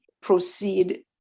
proceed